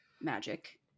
magic